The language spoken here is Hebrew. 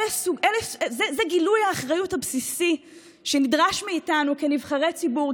זה גילוי האחריות הבסיסי שנדרש מאיתנו כנבחרי ציבור,